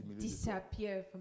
Disappear